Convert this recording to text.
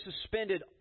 suspended